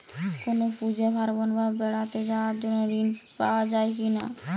কোনো পুজো পার্বণ বা বেড়াতে যাওয়ার জন্য ঋণ পাওয়া যায় কিনা?